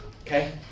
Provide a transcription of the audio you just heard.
Okay